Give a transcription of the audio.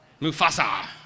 Mufasa